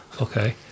Okay